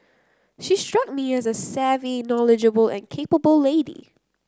she struck me as a savvy knowledgeable and capable lady